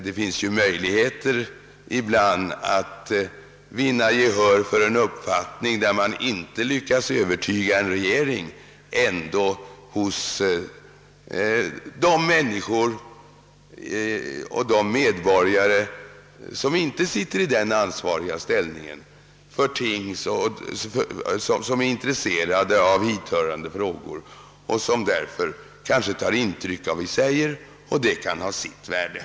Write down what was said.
Det finns ju ibland möjligheter, om man inte lyckas övertyga en regering, att ändå vinna gehör för sin uppfattning hos medborgare som inte sitter i den ansvariga ställningen men som är intresserade av hithörande frågor och som därför tar intryck av vad vi säger. Det kan ha sitt värde.